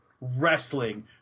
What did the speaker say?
wrestling